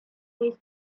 his